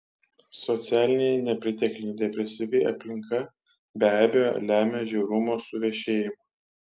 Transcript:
socialiniai nepritekliai depresyvi aplinka be abejo lemia žiaurumo suvešėjimą